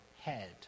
head